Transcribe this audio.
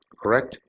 correct?